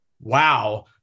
Wow